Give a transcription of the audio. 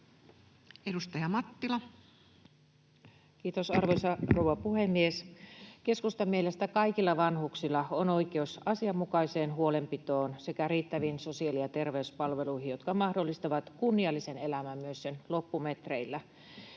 21:12 Content: Kiitos, arvoisa rouva puhemies! Keskustan mielestä kaikilla vanhuksilla on oikeus asianmukaiseen huolenpitoon sekä riittäviin sosiaali- ja terveyspalveluihin, jotka mahdollistavat kunniallisen elämän myös sen loppumetreillä.